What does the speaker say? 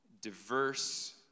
Diverse